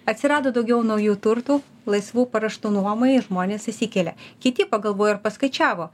atsirado daugiau naujų turtų laisvų paruoštų nuomai žmonės išsikelia kiti pagalvojo ir paskaičiavo